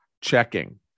Checking